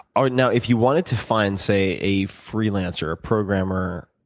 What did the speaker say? ah now, if you wanted to find, say, a freelancer, a programmer,